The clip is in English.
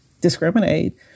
discriminate